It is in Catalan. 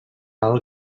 alt